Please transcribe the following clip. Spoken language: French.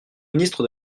ministre